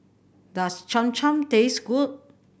does Cham Cham taste good